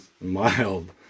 Mild